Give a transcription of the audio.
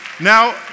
Now